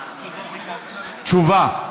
תשובה.